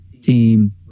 team